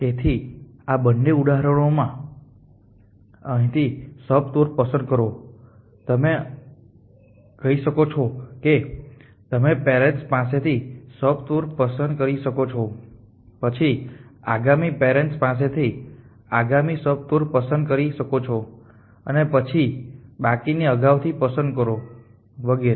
તેથી આ બંને ઉદાહરણોમાં અહીંથી સબટૂર પસંદ કરો તમે કહી શકો છો કે તમે પેરેન્ટ્સ પાસેથી સબટૂર પસંદ કરી શકો છો પછી આગામી પેરેન્ટ્સ પાસેથી આગામી સબટૂર પસંદ કરી શકો છો અને પછી બાકીની અગાઉથી પસંદ કરો વગેરે